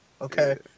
Okay